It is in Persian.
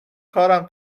کارم